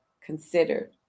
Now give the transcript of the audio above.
considered